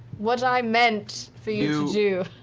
what i meant for you to